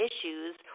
issues